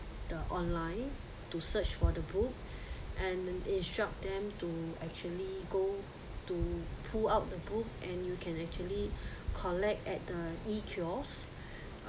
the online to search for the book and instruct them to actually go to pull out the book and you can actually collect at the e-kiosk